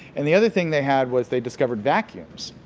and the other thing they had was they discovered vacuums